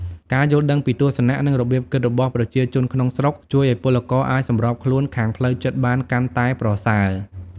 ការយល់ដឹងពីទស្សនៈ និងរបៀបគិតរបស់ប្រជាជនក្នុងស្រុក ជួយឱ្យពលករអាចសម្របខ្លួនខាងផ្លូវចិត្តបានកាន់តែប្រសើរ។